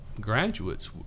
graduates